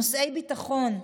בנושאי ביטחון,